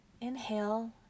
Inhale